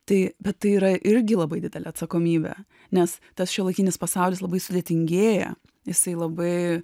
tai bet tai yra irgi labai didelė atsakomybė nes tas šiuolaikinis pasaulis labai sudėtingėja jisai labai